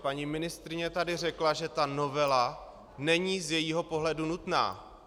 Paní ministryně tady řekla, že novela není z jejího pohledu nutná.